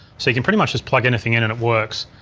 so you can pretty much just plug anything in and it works.